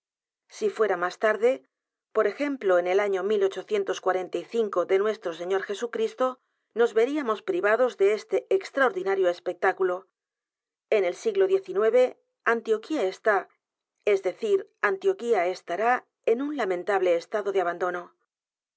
si fuera más tarde por ejemplo en el año mil ochocientos cuarenta y cinco de nuestro señor jesucristo nos veríamos privados de este extraordinario espectáculo en el siglo xix antioquía está es decir antioquía estará en un lamentable estado de abandono